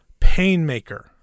Painmaker